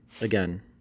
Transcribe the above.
again